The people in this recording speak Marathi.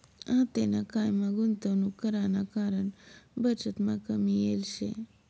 आतेना कायमा गुंतवणूक कराना कारण बचतमा कमी येल शे